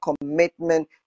commitment